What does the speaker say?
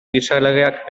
gizalegeak